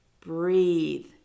Breathe